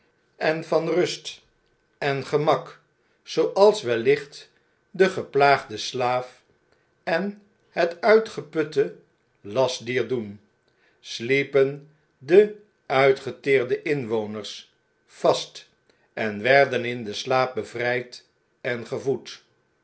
en van rust en gemak zooals wellicht de geplaagde slaaf en het uitgeputte lastdier doen sliepen de uitgeteerde inwoners vast en werden in den slaap bevrgd en gevoed